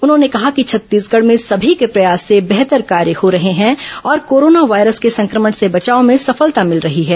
उन्होंने कहा कि छत्तीसगढ़ भें सभी के प्रयास से बेहतर कार्य हो रहे हैं और कोरोना वायरस के संक्रमण से बचाव में सफलता मिल रही है